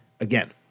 again